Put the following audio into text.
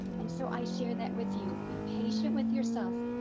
and so i share that with you. be patient with yourself.